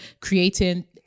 creating